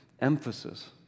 emphasis